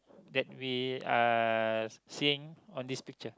that we are seeing on this picture